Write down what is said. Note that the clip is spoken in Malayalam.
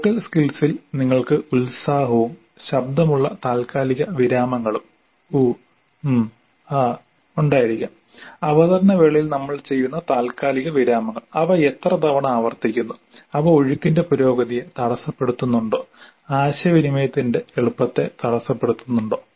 വോക്കൽ സ്കിൽസിൽ നിങ്ങൾക്ക് ഉത്സാഹവും ശബ്ദമുള്ള താൽക്കാലിക വിരാമങ്ങളും ഉഹ് ഉം ആഹ് ഉണ്ടായിരിക്കാം അവതരണ വേളയിൽ നമ്മൾ ചെയ്യുന്ന താൽക്കാലിക വിരാമങ്ങൾ അവ എത്ര തവണ ആവർത്തിക്കുന്നു അവ ഒഴുക്കിന്റെ പുരോഗതിയെ തടസ്സപ്പെടുത്തുന്നുണ്ടോ ആശയവിനിമയത്തിന്റെ എളുപ്പത്തെ തടസ്സപ്പെടുത്തുന്നുണ്ടോ